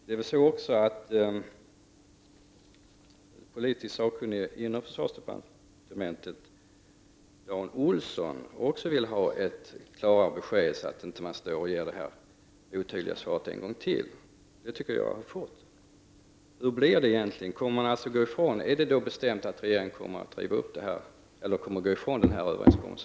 Dan Olsson, politiskt sakkunnig inom försvarsdepartementet, vill tydligen också ha ett klarare besked så att man inte skall behöva ge de berörda detta otydliga svar en gång till. Jag tycker att jag har fått ett otydligt svar. Hur blir det egentligen? Är det bestämt att regeringen kommer att gå ifrån denna överenskommelse?